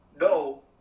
no